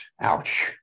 Ouch